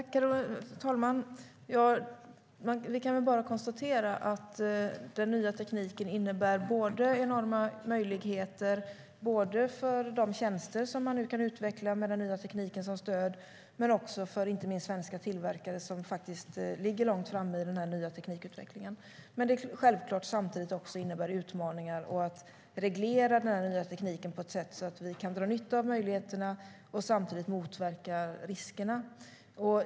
Herr talman! Vi kan väl bara konstatera att den nya tekniken innebär enorma möjligheter både vad gäller de tjänster man kan utveckla med den och vad gäller svenska tillverkare, som faktiskt ligger långt fram i den nya teknikutvecklingen. Självklart innebär det samtidigt utmaningar när det gäller hur man reglerar den nya tekniken på ett sätt som gör att vi kan dra nytta av möjligheterna samtidigt som vi motverkar riskerna.